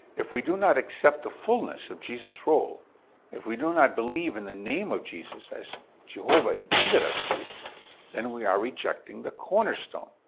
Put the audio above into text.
if we do not accept the fullness of jesus' role if we do not believe in the name of jesus as jehovah intended us to then we are rejecting the cornerstone.